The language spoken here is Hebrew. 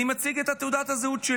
אני מציג את תעודת הזהות.